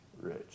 rich